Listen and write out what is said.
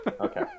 Okay